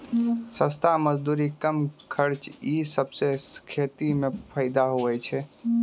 सस्ता मजदूरी, कम खर्च ई सबसें खेती म फैदा होय छै